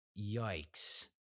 yikes